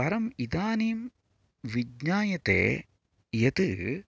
परम् इदानीं विज्ञायते यत्